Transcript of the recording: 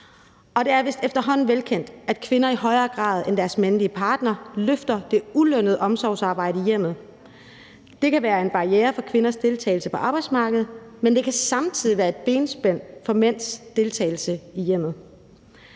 det er vist efterhånden velkendt, at kvinder i højere grad end deres mandlige partnere løfter det ulønnede omsorgsarbejde i hjemmet. Det kan være en barriere for kvinders deltagelse på arbejdsmarkedet, men det kan samtidig være et benspænd for mænds deltagelse i hjemmet.